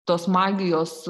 tos magijos